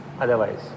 otherwise